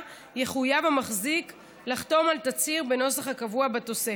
יחויב המחזיק לחתום על תצהיר בנוסח הקבוע בתוספת.